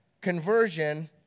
conversion